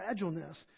fragileness